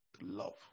love